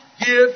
give